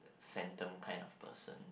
phantom kind of person